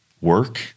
work